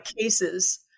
cases